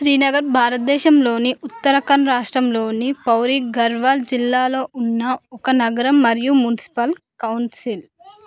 శ్రీనగర్ భారతదేశంలోని ఉత్తరఖండ్ రాష్ట్రంలోని పౌరీ గర్వాల్ జిల్లాలో ఉన్న ఒక నగరం మరియు మున్సిపల్ కౌన్సిల్